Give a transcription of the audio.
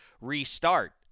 restart